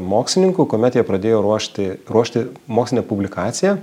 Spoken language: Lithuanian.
mokslininkų kuomet jie pradėjo ruošti ruošti mokslinę publikaciją